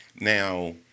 Now